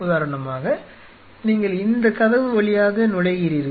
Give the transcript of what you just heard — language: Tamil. உதாரணமாக நீங்கள் இந்த கதவு வழியாக நுழைகிறீர்கள்